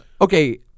Okay